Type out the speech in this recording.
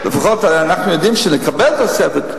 לפחות אנחנו יודעים שנקבל תוספת.